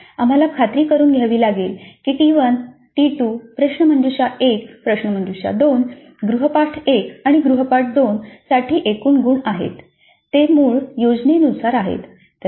अर्थात आम्हाला खात्री करुन घ्यावी लागेल की टी 1 टी 2 प्रश्नमंजुषा 1 प्रश्नमंजुषा 2 गृहपाठ 1 आणि गृहपाठ 2 साठी एकूण गुण आहेत ते मूळ योजनेनुसार आहेत